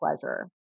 pleasure